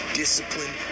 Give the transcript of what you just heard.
discipline